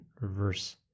reverse